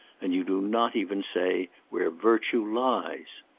and you do not even say where virtue lies.